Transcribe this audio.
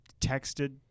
texted